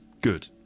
good